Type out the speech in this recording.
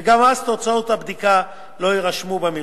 וגם אז תוצאות הבדיקה לא יירשמו במרשם.